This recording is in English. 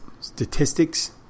statistics